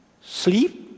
sleep